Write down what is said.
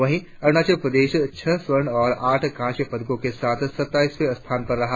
वही अरुणाचल प्रदेश छह स्वर्ण और आठ कास्य पदको के साथ सत्ताईसवें स्थान पर रहा